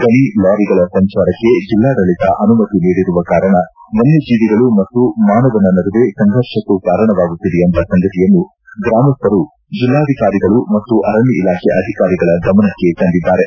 ಗಣಿ ಲಾರಿಗಳ ಸಂಚಾರಕ್ಕೆ ಜಿಲ್ಲಾಡಳಿತ ಅನುಮತಿ ನೀಡಿರುವ ಕಾರಣ ವನ್ನ ಜೀವಿಗಳು ಮತ್ತು ಮಾನವನ ನಡುವೆ ಸಂರ್ಘಷಕ್ಕೂ ಕಾರಣವಾಗುತ್ತಿದೆ ಎಂಬ ಸಂಗತಿಯನ್ನು ಗ್ರಾಮಸ್ವರು ಜಿಲ್ಲಾಧಿಕಾರಿಗಳು ಮತ್ತು ಅರಣ್ಯ ಇಲಾಖೆ ಅಧಿಕಾರಿಗಳ ಗಮನಕ್ಕೆ ತಂದಿದ್ದಾರೆ